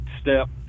step